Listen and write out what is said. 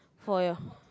for your